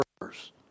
workers